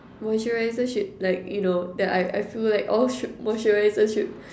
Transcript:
moisturizer should like you know that I I feel like all sh~ moisturizer should